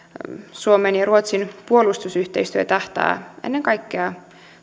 suomen ja ruotsin puolustusyhteistyö tähtää ennen kaikkea